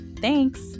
thanks